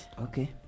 okay